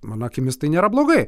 mano akimis tai nėra blogai